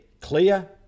Clear